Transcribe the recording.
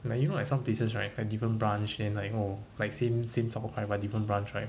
like you know like some places right like different branch then like oh like same same 什么 kind but different branch right